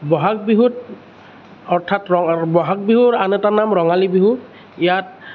বহাগ বিহুত অৰ্থাৎ ৰ বহাগ বিহুৰ আন এটা নাম ৰঙালী বিহু ইয়াত